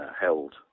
held